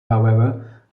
however